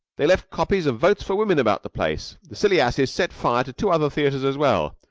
they left copies of votes for women about the place. the silly asses set fire to two other theaters as well,